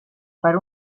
per